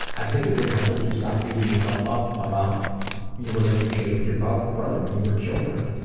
i think it would help if you stop beating yourself up about your relationship with your but brother when you were children.